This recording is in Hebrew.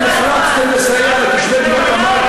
ונעקרים מהבית שלהם באמצע תל-אביב,